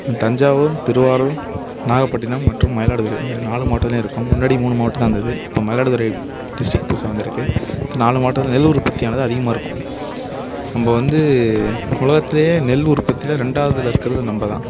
தஞ்சாவூர் திருவாரூர் நாகப்பட்டினம் மற்றும் மயிலாடுதுறை இந்த நாலு மாவட்டத்துலியும் இருக்கும் முன்னாடி மூணு மாவட்டம் தான் இருந்தது இப்போ மயிலாடுதுறை டிஸ்ட்ரிக் புதுசாக வந்துருக்குது இந்த நாலு மாவட்டத்துலியும் நெல் உற்பத்தியானது அதிகமாக இருக்கும் நம்ப வந்து உலகத்துலியே நெல் உற்பத்தியில் ரெண்டாவதில் இருக்கிறது நம்ப தான்